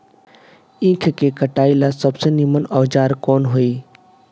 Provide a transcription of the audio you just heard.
ईख के कटाई ला सबसे नीमन औजार कवन होई?